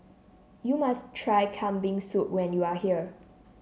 you must try Kambing Soup when you are here